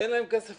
אין להן כסף